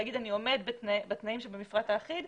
להגיד: אני עומד בתנאים של המפרט האחיד,